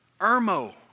Irmo